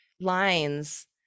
lines